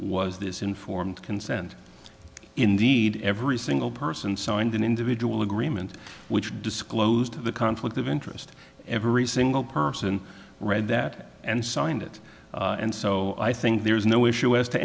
this informed consent indeed every single person signed an individual agreement which disclosed the conflict of interest every single person read that and signed it and so i think there is no issue as to